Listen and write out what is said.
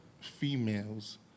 females